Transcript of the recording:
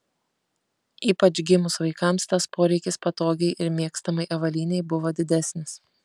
ypač gimus vaikams tas poreikis patogiai ir mėgstamai avalynei buvo didesnis